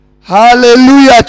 Hallelujah